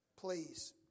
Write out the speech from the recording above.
Please